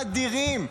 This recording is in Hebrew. אדירים,